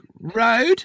Road